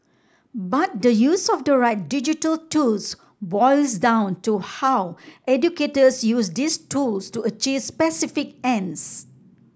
but the use of the right digital tools boils down to how educators use these tools to achieve specific ends